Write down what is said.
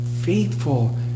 faithful